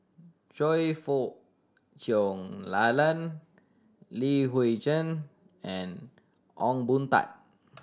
Choe Fook Cheong Alan Li Hui Cheng and Ong Boon Tat